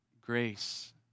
grace